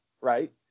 Right